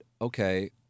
okay